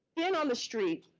in on the street,